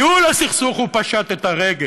ניהול הסכסוך, הוא פשט את הרגל.